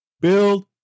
Build